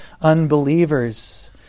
unbelievers